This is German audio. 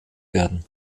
werden